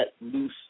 loose